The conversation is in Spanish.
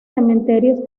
cementerios